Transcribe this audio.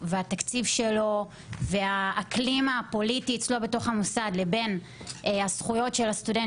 התקציב שלו והאקלים הפוליטי אצלו במוסד לבין הזכויות של הסטודנט